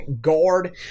guard